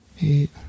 eight